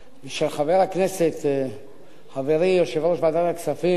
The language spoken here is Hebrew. ושל חבר הכנסת, חברי יושב-ראש ועדת הכספים גפני,